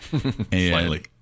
Slightly